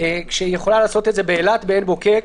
כשהיא יכולה לעשות את זה באילת ובעין בוקק.